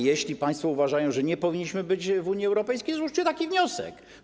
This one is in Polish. Jeśli państwo uważają, że nie powinniśmy być w Unii Europejskiej, złóżcie taki wniosek.